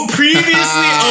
previously